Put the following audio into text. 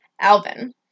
Alvin